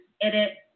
edit